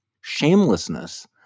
shamelessness